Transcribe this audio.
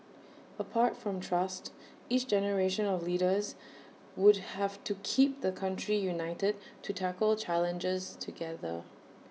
apart from trust each generation of leaders would have to keep the country united to tackle challenges together